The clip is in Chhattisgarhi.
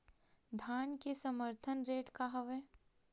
धान के समर्थन रेट का हवाय?